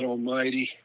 Almighty